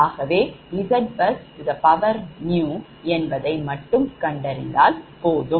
ஆகவே ZbusNew என்பதை மட்டும் கண்டறிந்தால் போதும்